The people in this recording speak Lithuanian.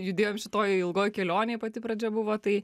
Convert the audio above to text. judėjom šitoj ilgoj kelionėj pati pradžia buvo tai